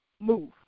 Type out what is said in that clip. move